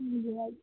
हजुरलाई